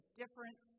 different